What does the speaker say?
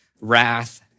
wrath